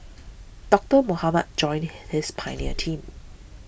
Doctor Mohamed joined this pioneer team